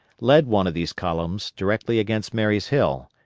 led one of these columns directly against marye's hill,